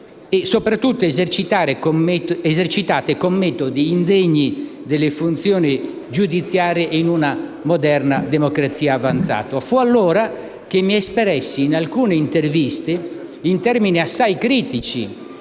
e soprattutto esercitate con metodi indegni delle funzioni giudiziarie in una moderna democrazia avanzata. Fu allora che mi espressi, in alcune interviste, in termini assai critici